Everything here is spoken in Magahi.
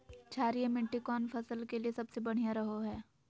क्षारीय मिट्टी कौन फसल के लिए सबसे बढ़िया रहो हय?